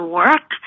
work